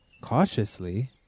cautiously